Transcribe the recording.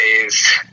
days